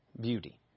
beauty